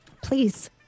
Please